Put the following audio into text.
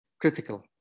critical